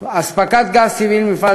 אספקת גז טבעי במפעל